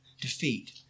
defeat